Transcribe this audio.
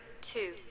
two